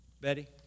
Betty